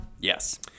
Yes